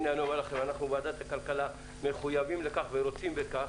אנחנו בוועדת הכלכלה מחויבים לכך ורוצים בכך.